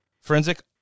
forensic